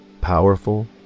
powerful